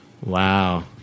Wow